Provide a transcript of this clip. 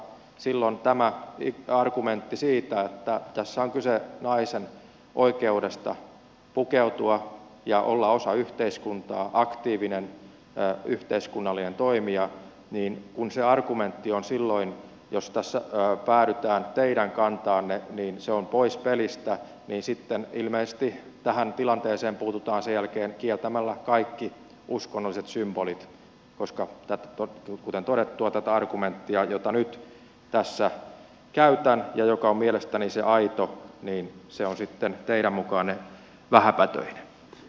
kun tämä argumentti siitä että tässä on kyse naisen oikeudesta pukeutua ja olla osa yhteiskuntaa aktiivinen yhteiskunnallinen toimija on silloin jos tässä päädytään teidän kantaanne pois pelistä niin sitten ilmeisesti tähän tilanteeseen puututaan sen jälkeen kieltämällä kaikki uskonnolliset symbolit koska kuten todettua tämä argumentti jota nyt tässä käytän ja joka on mielestäni se aito on sitten teidän mukaanne vähäpätöinen